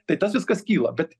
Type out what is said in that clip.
tai tas viskas kyla bet